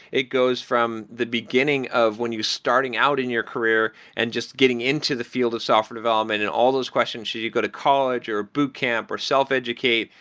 it goes from the beginning of when you're starting out in your career and just getting into the field of software development and all those questions should you go to college, or boot camp, or self educate.